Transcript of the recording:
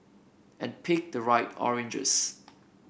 and pick the right oranges